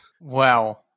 Wow